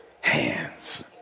hands